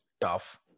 tough